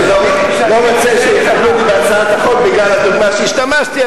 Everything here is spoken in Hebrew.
אני לא רוצה שיחבלו לי בהצעת החוק בגלל הדוגמה שהשתמשתי,